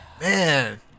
Man